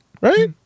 Right